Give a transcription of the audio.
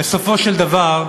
בסופו של דבר,